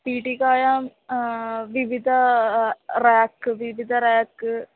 पेटिकायां विविध रेक् विविध रेक्